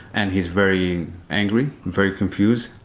and he's very angry, very confused,